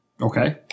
Okay